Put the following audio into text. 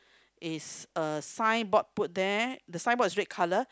is a signboard put there the signboard is red colour